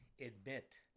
Admit